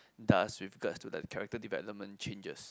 does with regards to the character development changes